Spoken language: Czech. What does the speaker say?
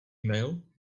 email